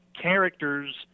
characters